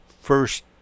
first